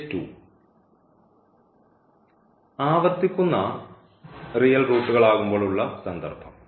case 2 ആവർത്തിക്കുന്ന real റൂട്ടുകൾ ആകുമ്പോൾ ഉള്ള സന്ദർഭം